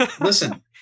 listen